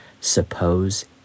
suppose